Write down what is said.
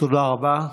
תודה רבה.